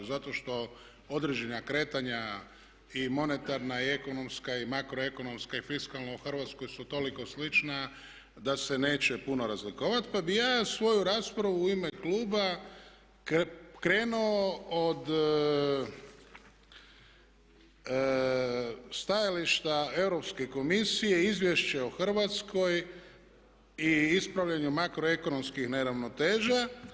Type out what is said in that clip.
Zato što određena kretanja i monetarna i ekonomska i makroekonomska i fiskalna u Hrvatskoj su toliko slična da se neće puno razlikovati, pa bih ja svoju raspravu u ime kluba krenuo od stajališta Europske komisije Izvješće o Hrvatskoj i ispravljanju makroekonomskih neravnoteža.